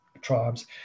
tribes